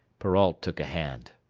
perrault took a hand.